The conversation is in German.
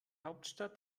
hauptstadt